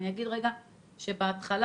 בהתחלה,